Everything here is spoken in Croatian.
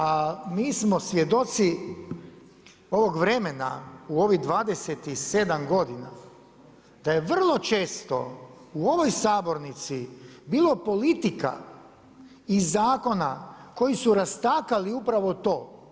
A mi smo svjedoci ovog vremena u ovih 27 godina, da je vrlo često u ovom sabornici bilo politika i zakona koji su rastakali upravo to.